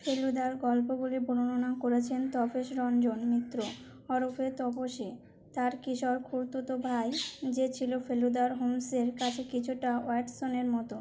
ফেলুদার গল্পগুলি বর্ণনা করেছেন তপেস রঞ্জন মিত্র ওরফে তপসে তার কিশোর খুড়তুতো ভাই যে ছিল ফেলুদার হোমসের কাছে কিছুটা ওয়্যাটসনের মতো